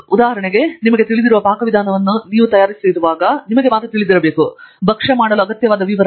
ಉದಾಹರಣೆಗೆ ನಿಮಗೆ ತಿಳಿದಿರುವ ಪಾಕವಿಧಾನವನ್ನು ನೀವು ತಯಾರಿಸುವಾಗ ನಿಮಗೆ ಮಾತ್ರ ತಿಳಿದಿರಬೇಕು ಭಕ್ಷ್ಯ ಮಾಡಲು ಅಗತ್ಯವಾದ ವಿವರ